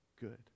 good